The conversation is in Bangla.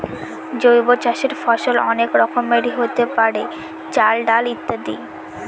জৈব চাষের ফসল অনেক রকমেরই হতে পারে, চাল, ডাল ইত্যাদি